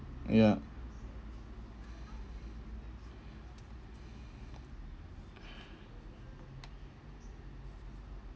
ya